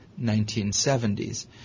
1970s